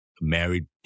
married